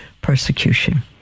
persecution